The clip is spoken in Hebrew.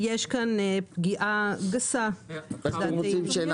יש כאן פגיעה גסה בפרטיות.